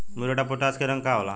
Muriate of potash के रंग का होला?